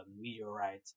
meteorite